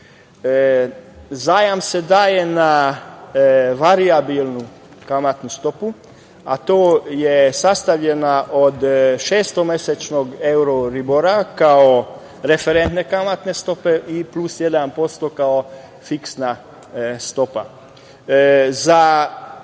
Zajam se daje na varijabilnu kamatnu stopu, a sastavljena je od šestomesečnog euroribora kao referente kamatne stope i plus 1% kao fiksna stopa.Za